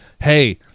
hey